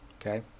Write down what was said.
okay